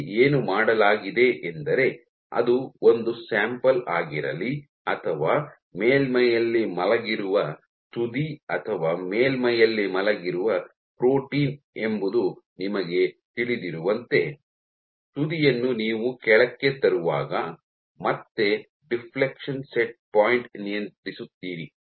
ಇಲ್ಲಿ ಏನು ಮಾಡಲಾಗಿದೆಯೆಂದರೆ ಅದು ಒಂದು ಸ್ಯಾಂಪಲ್ ಆಗಿರಲಿ ಅಥವಾ ಮೇಲ್ಮೈಯಲ್ಲಿ ಮಲಗಿರುವ ತುದಿ ಅಥವಾ ಮೇಲ್ಮೈಯಲ್ಲಿ ಮಲಗಿರುವ ಪ್ರೋಟೀನ್ ಎಂಬುದು ನಿಮಗೆ ತಿಳಿದಿರುವಂತೆ ತುದಿಯನ್ನು ನೀವು ಕೆಳಕ್ಕೆ ತರುವಾಗ ಮತ್ತೆ ಡಿಫ್ಲೆಕ್ಷನ್ ಸೆಟ್ ಪಾಯಿಂಟ್ ನಿಯಂತ್ರಿಸುತ್ತೀರಿ